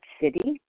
City